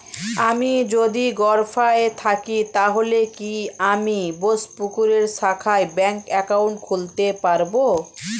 আমি যদি গরফায়ে থাকি তাহলে কি আমি বোসপুকুরের শাখায় ব্যঙ্ক একাউন্ট খুলতে পারবো?